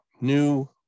new